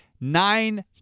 nine